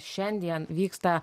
šiandien vyksta